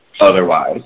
otherwise